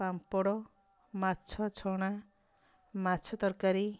ପାମ୍ପଡ଼ ମାଛ ଛଣା ମାଛ ତରକାରୀ